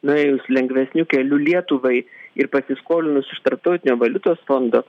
nuėjus lengvesniu keliu lietuvai ir pasiskolinus iš tarptautinio valiutos fondo